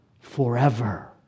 forever